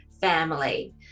family